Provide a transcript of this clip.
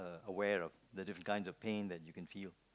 aware of the different kinds of pains that you can feel